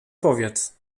powiedz